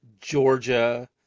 Georgia